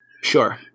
Sure